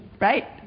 right